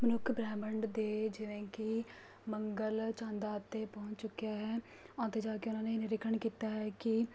ਮਨੁੱਖ ਬ੍ਰਹਿਮੰਡ ਦੇ ਜਿਵੇਂ ਕਿ ਮੰਗਲ ਜਾਂਦਾ ਅਤੇ ਪਹੁੰਚ ਚੁੱਕਿਆ ਹੈ ਉੱਥੇ ਜਾ ਕੇ ਉਨ੍ਹਾਂ ਨੇ ਨਿਰੀਖਣ ਕੀਤਾ ਹੈ ਕਿ